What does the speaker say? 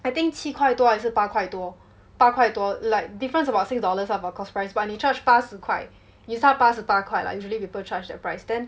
I think 七块多还是八块多八块多 like difference about six dollars ah for cost price but 你 charge 八十块以上八十八块 lah usually people charge that price then